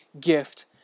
gift